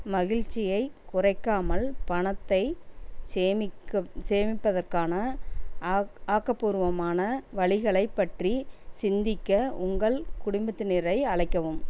மகிழ்ச்சியை குறைக்காமல் பணத்தை சேமிக்க சேமிப்பதற்கான ஆக்கப்பூர்வமான வழிகளைப் பற்றி சிந்திக்க உங்கள் குடும்பத்தினரை அழைக்கவும்